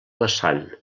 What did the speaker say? vessant